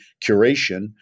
curation